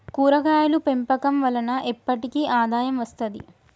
కూరగాయలు పెంపకం వలన ఎప్పటికి ఆదాయం వస్తది